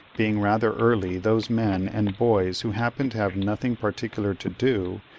being rather early, those men and boys who happened to have nothing particular to do,